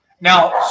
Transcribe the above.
now